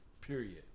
period